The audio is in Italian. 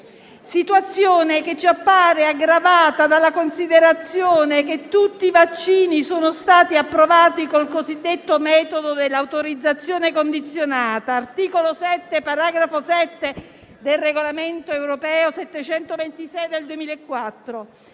situazione ci appare aggravata dalla considerazione che tutti i vaccini sono stati approvati con il cosiddetto metodo dell'autorizzazione condizionata (articolo 7, paragrafo 7, del Regolamento europeo n. 726 del 2004,